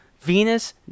Venus